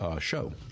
show